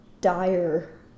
dire